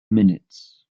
minutes